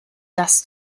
das